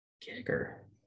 kicker